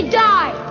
die